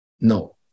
no